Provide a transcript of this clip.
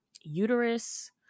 uterus